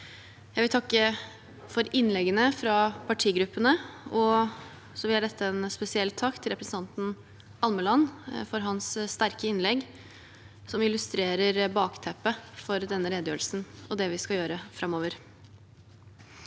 Jeg vil takke for innleggene fra partigruppene, og jeg vil rette en spesiell takk til representanten Almeland for hans sterke innlegg, som illustrerer bakteppet for denne redegjørelsen og det vi skal gjøre framover.